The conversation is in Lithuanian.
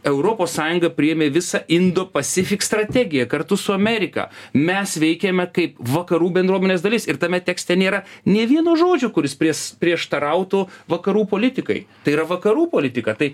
europos sąjunga priėmė visą indo pasifik strategiją kartu su amerika mes veikiame kaip vakarų bendruomenės dalis ir tame tekste nėra nė vieno žodžio kuris pries prieštarautų vakarų politikai tai yra vakarų politika tai